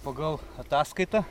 pagal ataskaitą